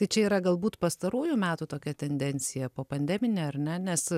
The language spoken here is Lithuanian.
tai čia yra galbūt pastarųjų metų tokia tendencija po pandeminė ar ne nes